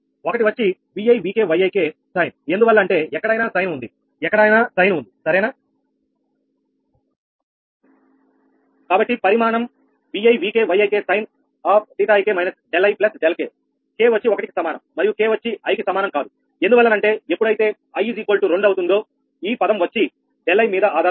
ఒకటి వచ్చి Vi Vk Yik sin ఎందువల్ల అంటే ఎక్కడైనా sin ఉంది ఎక్కడైనా sin ఉంది సరేనా కాబట్టి పరిమాణం Vi Vk Yik sin𝜃ik − 𝛿i 𝛿k k వచ్చి ఒకటి కి సమానం మరియు k వచ్చి i కి సమానం కాదు ఎందువల్లనంటే ఎప్పుడైతే i2 అవుతుందో ఈ పదం వచ్చి 𝛿i మీద ఆధారపడదు